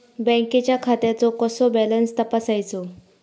बँकेच्या खात्याचो कसो बॅलन्स तपासायचो?